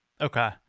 Okay